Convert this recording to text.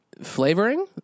flavoring